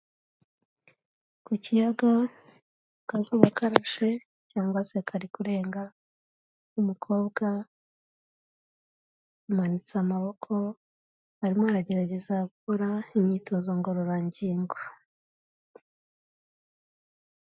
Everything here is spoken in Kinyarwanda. Ku kiyaga akazuba karashe cyangwa se kari kurenga, hari umukobwa amanitse amaboko arimo aragerageza gukora imyitozo ngororangingo.